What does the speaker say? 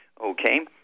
Okay